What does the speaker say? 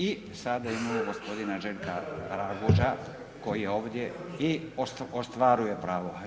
I sada imamo gospodina Željka Raguža koji je ovdje i ostvaruje pravo.